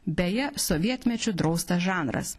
beje sovietmečiu draustas žanras